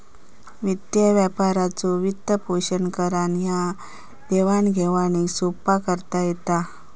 वित्तीय व्यापाराचो वित्तपोषण करान ह्या देवाण घेवाणीक सोप्पा करता येता